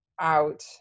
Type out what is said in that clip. out